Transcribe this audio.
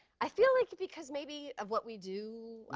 i feel like because, maybe, of what we do, i